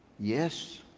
Yes